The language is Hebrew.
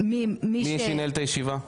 מי שינהל את הישיבה?